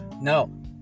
No